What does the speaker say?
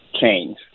change